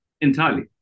Entirely